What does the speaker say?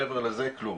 מעבר לזה, כלום.